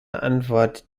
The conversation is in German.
antwort